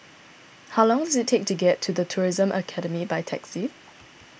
how long does it take to get to the Tourism Academy by taxi